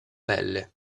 pelle